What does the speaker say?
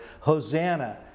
Hosanna